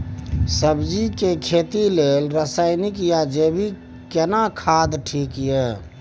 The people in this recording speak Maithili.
सब्जी के खेती लेल रसायनिक या जैविक केना खाद ठीक ये?